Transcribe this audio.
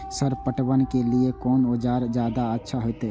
Sir पटवन के लीऐ कोन औजार ज्यादा अच्छा होते?